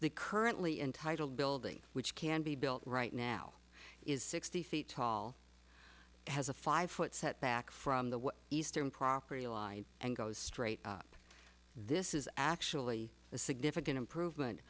the currently in title building which can be built right now is sixty feet tall has a five foot set back from the eastern property and goes straight up this is actually a significant improvement